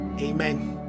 Amen